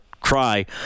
cry